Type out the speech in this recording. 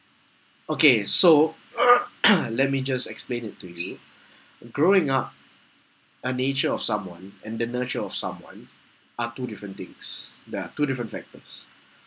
okay so let me just explain it to you growing up a nature of someone and the nurture of someone are two different things there are two different factors